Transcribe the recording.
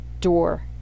door